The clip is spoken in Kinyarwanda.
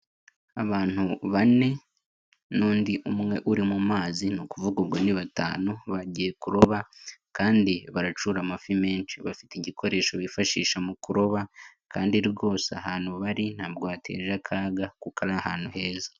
Abantu bane n'undi umwe uri mu mazi ni ukuvuga ubwo ni batanu, bagiye kuroba kandi baracyura amafi menshi, bafite igikoresho bifashisha mu kuroba kandi rwose ahantu bari ntabwo hateje akaga kuko ari ahantu heza.